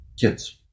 kids